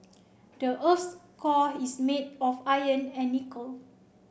the earth's core is made of iron and nickel